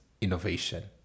innovation